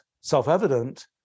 self-evident